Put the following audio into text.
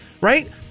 right